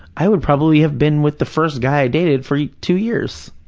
i would probably have been with the first guy i dated for yeah two years,